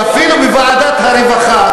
שאפילו בוועדת הרווחה,